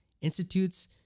institutes